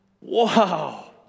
wow